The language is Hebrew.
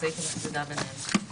הייתי מפרידה ביניהם.